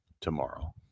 tomorrow